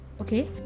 okay